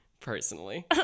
personally